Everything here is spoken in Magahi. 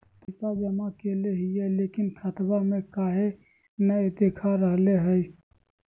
पैसा जमा कैले हिअई, लेकिन खाता में काहे नई देखा रहले हई?